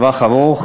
טווח ארוך,